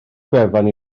gwefan